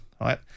right